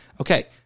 Okay